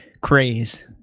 craze